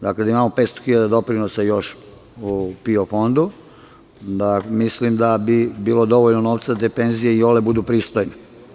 Dakle, da imamo 500.000 doprinosa još u PIO fondu, mislim da bi bilo dovoljno novca da penzije iole budu pristojne.